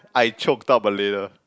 I choked up a little